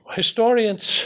historians